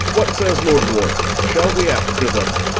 what sayes lord warwicke, shall we after them?